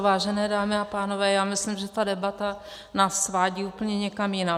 Vážené dámy a pánové, já myslím, že ta debata nás svádí úplně někam jinam.